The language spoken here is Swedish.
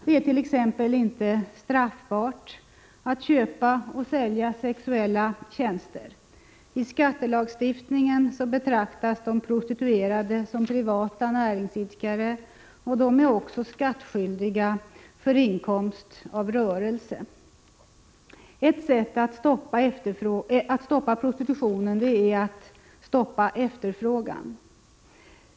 Det är t.ex. inte straffbart att köpa och sälja sexuella tjänster. I skattelagstiftningen betraktas de prostituerade som privata näringsidkare, och de är också skattskyldiga för inkomst av rörelse. Ett sätt att stoppa prostitutionen är att stoppa efterfrågan.